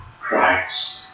Christ